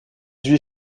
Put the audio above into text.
huit